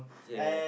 ya